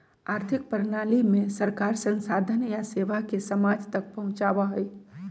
आर्थिक प्रणाली में सरकार संसाधन या सेवा के समाज तक पहुंचावा हई